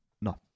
No